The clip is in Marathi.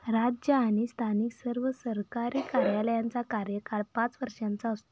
राज्य आणि स्थानिक सर्व सरकारी कार्यालयांचा कार्यकाळ पाच वर्षांचा असतो